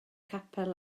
capel